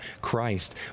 Christ